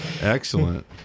excellent